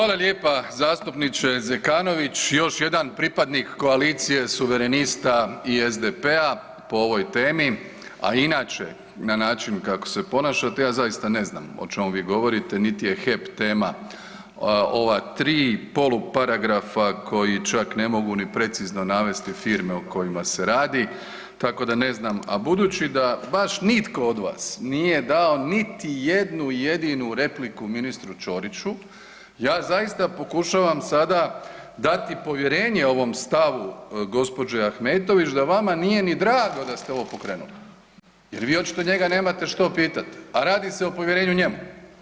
Hvala lijepa zastupniče Zekanović, još jedan pripadnik koalicije suverenista i SDP-a po ovoj temi, a inače na način kako se ponašate ja zaista ne znam o čemu vi govorite, niti je HEP tema ova tri poluparagrafa koji čak ne mogu ni precizno navesti firme o kojima se radi, tako da ne znam, a budući baš nitko od vas nije dao niti jednu jedinu repliku ministru Ćoriću, ja zaista pokušavam sada dati povjerenje ovom stavu gospođe Ahmetović da vama nije niti drago da ste ovo pokrenuli jer vi očito njega nemate što pitati, a radi se o povjerenju njemu.